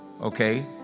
Okay